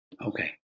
Okay